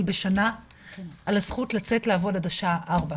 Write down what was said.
בשנה על הזכות לצאת לעבוד עד השעה ארבע.